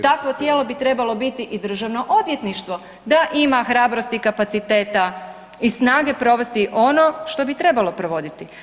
Takvo tijelo bi trebalo biti i državno odvjetništvo da ima hrabrosti i kapaciteta i snage provesti ono što bi trebalo provoditi.